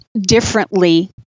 differently